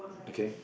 okay